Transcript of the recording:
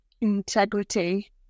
Integrity